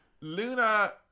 Luna